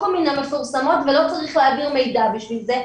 הוא מן המפורסמות ולא צריך להעביר מידע בשביל זה,